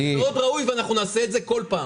זה מאוד ראוי, ואנחנו נעשה את זה כל פעם.